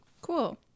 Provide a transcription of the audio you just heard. Cool